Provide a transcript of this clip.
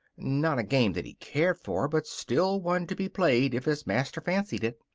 not a game that he cared for, but still one to be played if his master fancied it.